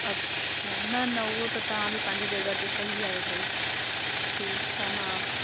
अच्छा न न उहो त तव्हां बि पंहिंजी जॻह ते सही आहियो भाई ठीकु आहे मां